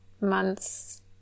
months